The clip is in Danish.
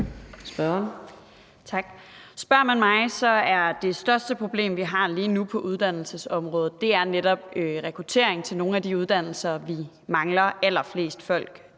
Spørger man mig, er det største problem, vi har lige nu på uddannelsesområdet, netop rekruttering til nogle af de uddannelser, vi mangler allerflest folk